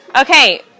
Okay